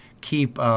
keep –